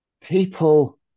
people